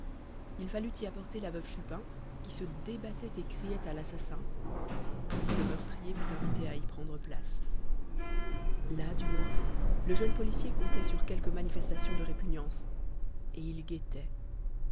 il fallut y porter la veuve chupin qui se débattait et criait à l'assassin puis le meurtrier fut invité à y prendre place là du moins le jeune policier comptait sur quelque manifestation de répugnance et il guettait